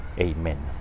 Amen